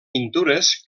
pintures